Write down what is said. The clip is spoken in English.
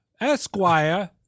Esquire